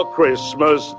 Christmas